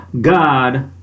God